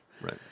Right